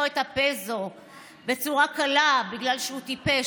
את הפסו בצורה קלה בגלל שהוא טיפש'.